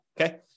okay